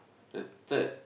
the third